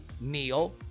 Neil